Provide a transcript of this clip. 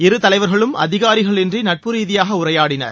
இரு தலைவர்களும் அதிகாரிகள் இன்றி நட்புரீதியாக உரையாடினார்